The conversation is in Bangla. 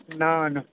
না না